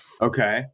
Okay